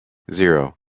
zero